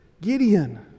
Gideon